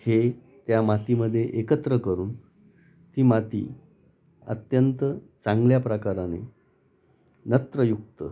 हे त्या मातीमध्ये एकत्र करून ती माती अत्यंत चांगल्या प्रकाराने नत्रयुक्त